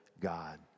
God